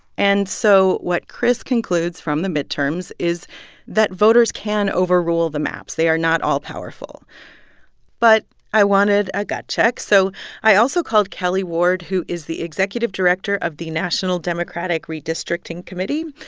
and so what chris concludes from the midterms is that voters can overrule the maps. they are not all-powerful but i wanted a gut check, so i also called kelly ward, who is the executive director of the national democratic redistricting committee.